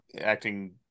acting